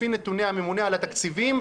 לפי נתוני הממונה על התקציבים,